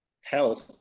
health